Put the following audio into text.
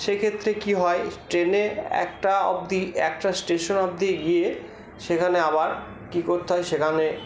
সেক্ষেত্রে কি হয় ট্রেনে একটা অব্দি একটা স্টেশন অব্দি গিয়ে সেখানে আবার কি করতে হয় সেখানে